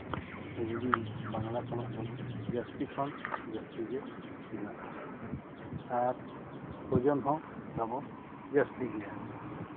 ᱦᱤᱱᱫᱤ ᱵᱟᱝᱞᱟ ᱠᱷᱚᱱᱟᱜ ᱫᱚ ᱡᱟᱹᱥᱛᱤ ᱠᱷᱚᱱ ᱡᱟᱹᱥᱛᱤᱜᱮ ᱢᱮᱱᱟᱜᱼᱟ ᱟᱨ ᱳᱡᱚᱱ ᱦᱚᱸ ᱛᱟᱵᱚ ᱡᱟᱹᱥᱛᱤ ᱜᱮᱭᱟ